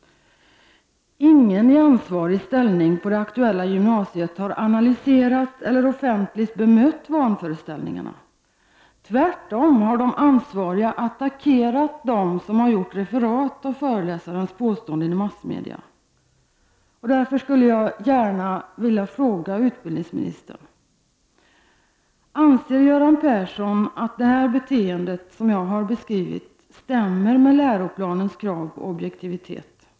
Ingen i ansvarig ställning på det aktuella gymnasiet har analyserat eller offentligt bemött vanföreställningarna. Tvärtom har de ansvariga attackerat dem som har gjort referat av föreläsarens påståenden i massmedia. Därför skulle jag vilja fråga utbildningsministern: Anser Göran Persson att ett sådant beteende som jag har beskrivit stämmer med läroplanens krav på objektivitet?